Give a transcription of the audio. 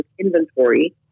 inventory